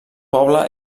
poble